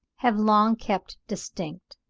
have long kept distinct.